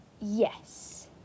yes